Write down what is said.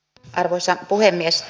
arvoisa puhemies